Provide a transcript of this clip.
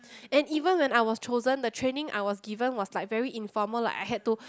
and even when I was chosen the training I was given was like very informal like I had to